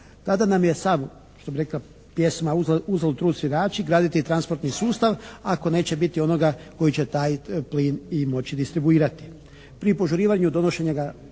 Tada nam je sam, što bi rekla pjesma “Uzaludan trud svirači“ graditi transportni sustav ako neće biti onoga koji će taj plin i moći distribuirati. Pri požurivanju donošenja